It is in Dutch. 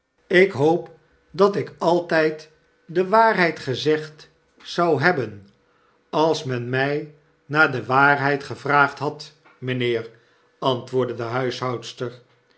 ik hoop dat ik altyd de waarheid gezegd zou hebben als men mij naar de waarheid gevraagd had mynheer antwoordde de